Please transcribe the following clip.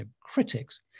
critics